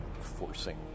forcing